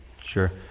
Sure